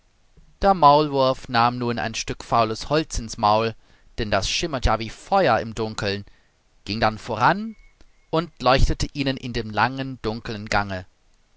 der maulwurf nahm nun ein stück faules holz ins maul denn das schimmert ja wie feuer im dunkeln ging dann voran und leuchtete ihnen in dem langen dunkeln gange